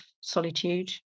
solitude